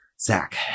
Zach